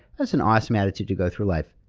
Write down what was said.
that's an awesome attitude to go through life.